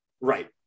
Right